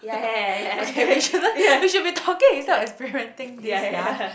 okay we shouldn't we should be talking instead of experimenting this sia